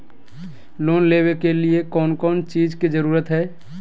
Loan लेबे के लिए कौन कौन चीज के जरूरत है?